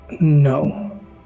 No